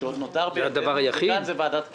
שעוד נותר בידינו הוא ועדת כספים.